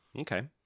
Okay